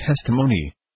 testimony